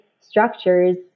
structures